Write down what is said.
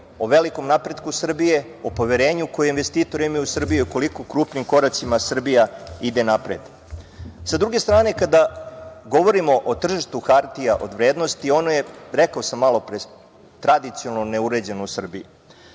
o velikom napretku Srbije, o poverenju koje investitori imaju u Srbiju, koliko krupnim koracima Srbija ide napred. Sa druge strane, kada govorimo o tržištu hartija od vrednosti, ono je, rekao sam malopre, tradicionalno neuređeno u Srbiji.